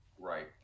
Right